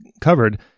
covered